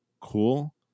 cool